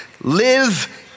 Live